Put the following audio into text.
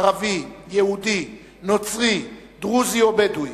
ערבי, יהודי, נוצרי, דרוזי ובדואי,